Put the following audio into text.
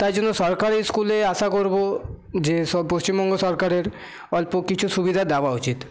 তাই জন্য সরকারি ইস্কুলে আশা করবো যে সব পশ্চিমবঙ্গ সরকারের অল্প কিছু সুবিধা দেওয়া উচিত